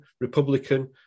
Republican